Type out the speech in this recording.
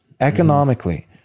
economically